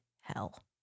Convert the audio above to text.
hell